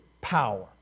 power